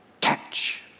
catch